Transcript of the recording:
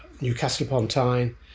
Newcastle-upon-Tyne